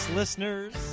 listeners